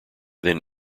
then